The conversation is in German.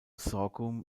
sorghum